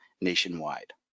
nationwide